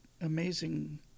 amazing